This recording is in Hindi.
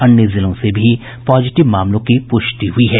अन्य जिलों से भी पॉजिटिव मामलों की प्रष्टि हुई है